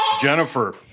Jennifer